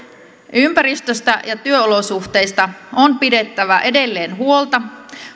ympäristöstä ja työolosuhteista on pidettävä edelleen huolta